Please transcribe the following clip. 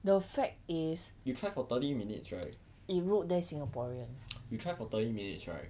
the fact is it wrote there singaporean